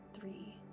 three